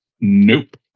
nope